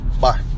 Bye